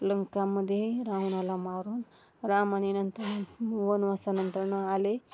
लंकामध्ये रावणाला मारून रामाने नंतर वनवासानंतरनं आले